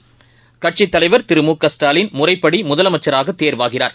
கட்சித் தலைவர் திரு மு க ஸ்டாலின் முறைப்படிமுதலமைச்சராகதேர்வாகிறார்